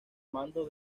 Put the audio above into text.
mando